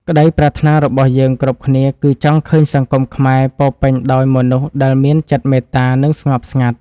ក្តីប្រាថ្នារបស់យើងគ្រប់គ្នាគឺចង់ឃើញសង្គមខ្មែរពោរពេញដោយមនុស្សដែលមានចិត្តមេត្តា និង ស្ងប់ស្ងាត់។